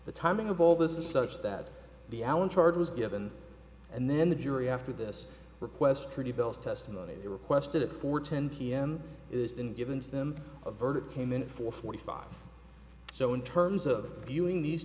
the timing of all this is such that the allen charge was given and then the jury after this request pretty bells testimony they requested it for ten pm is then given to them a verdict came in at four forty five so in terms of viewing these